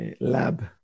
lab